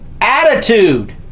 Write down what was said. attitude